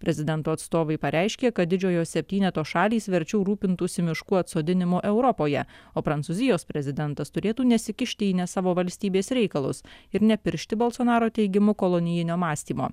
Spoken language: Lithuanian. prezidento atstovai pareiškė kad didžiojo septyneto šalys verčiau rūpintųsi miškų atsodinimu europoje o prancūzijos prezidentas turėtų nesikišti į ne savo valstybės reikalus ir nepiršti balsonaro teigimu kolonijinio mąstymo